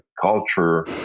culture